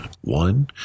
one